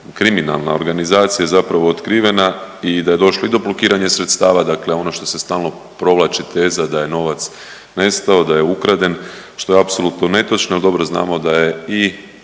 kriminalna organizacija je zapravo otkrivena i da je došlo i do blokiranja sredstava, dakle ono što se stalno provlači teza da je novac nestao, da je ukraden, što je apsolutno netočno jel dobro znamo da je i